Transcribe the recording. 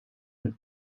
and